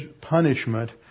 punishment